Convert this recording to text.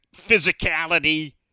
physicality